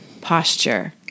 posture